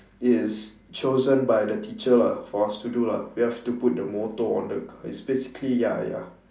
it is chosen by the teacher lah for us to do lah we have to put the motor on the it's basically ya ya